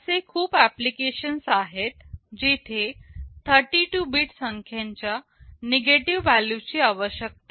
असे खूप ऍप्लिकेशन्स आहेत जिथे 32 बीट संख्येच्या निगेटिव्ह व्हॅल्यू ची आवश्यकता आहे